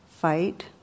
fight